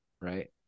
right